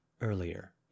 earlier